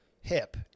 hip